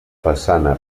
façana